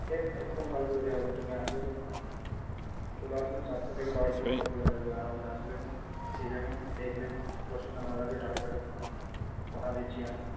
এক একদম ভালো করে দেওয়া হবে তুমি আসবে তো চলে আসুন সাতটা থেকে বারোটা পর্যন্ত খোলা থাকবে আরামসে আসবেন খেয়ে যাবেন দেখবেন পছন্দ না লাগে টাকা ফেরৎ কথা দিচ্ছি আমি